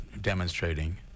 demonstrating